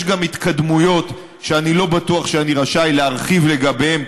יש גם התקדמויות שאני לא בטוח שאני רשאי להרחיב עליהן,